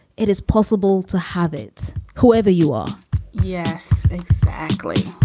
it is possible to have it, whoever you are yes, exactly.